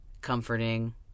Comforting